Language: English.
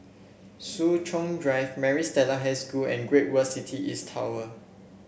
Soo Chow Drive Maris Stella High School and Great World City East Tower